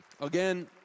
Again